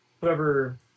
Whoever